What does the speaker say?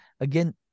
again